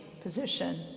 position